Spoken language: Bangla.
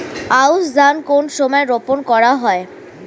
আউশ ধান কোন সময়ে রোপন করা হয়?